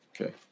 okay